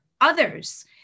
others